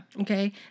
Okay